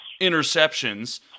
interceptions